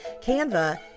Canva